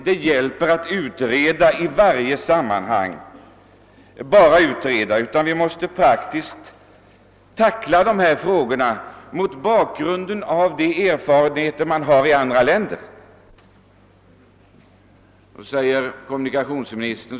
Det hjälper ju inte att bara utreda. Vi måste tackla trafikfrågorna mot bakgrund av de erfarenheter man gjort i andra länder. Kommunikationsministern.